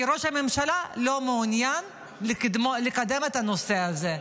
כי ראש הממשלה לא מעוניין לקדם את הנושא הזה.